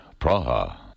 Praha